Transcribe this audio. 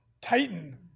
Titan